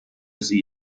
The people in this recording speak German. sie